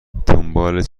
دنبال